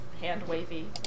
hand-wavy